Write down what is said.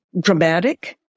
dramatic